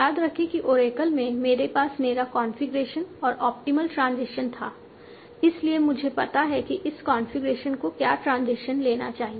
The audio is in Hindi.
याद रखें कि ओरेकल में मेरे पास मेरा कॉन्फ़िगरेशन और ऑप्टिमल ट्रांजिशन था इसलिए मुझे पता है कि इस कॉन्फ़िगरेशन को क्या ट्रांजिशन लेना चाहिए